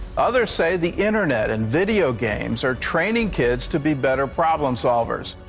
others say the internet and video games are training kids to be better problem solvers.